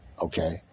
Okay